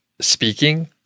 speaking